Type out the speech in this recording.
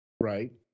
Right